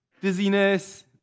dizziness